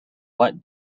what